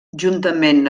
juntament